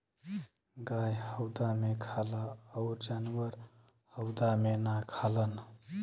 गाय हउदा मे खाला अउर जानवर हउदा मे ना खालन